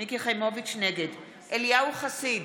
אליהו חסיד,